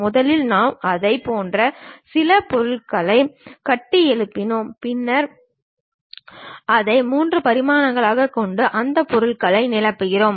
முதலில் நாம் அதைப் போன்ற சில பொருளைக் கட்டியெழுப்பினோம் பின்னர் அதை 3 பரிமாணங்களாகக் கொண்டு அந்த பொருளை நிரப்புகிறோம்